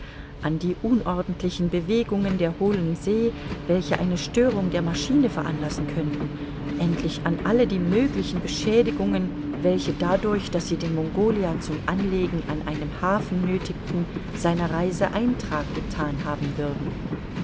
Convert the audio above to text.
an die unordentlichen bewegungen der hohlen see welche eine störung der maschine veranlassen könnten endlich an alle die möglichen beschädigungen welche dadurch daß sie den mongolia zum anlegen an einem hafen nöthigten seiner reise eintrag gethan haben würden